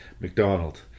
McDonald